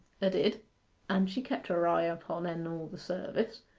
a did and she kept her eye upon en all the service,